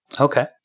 Okay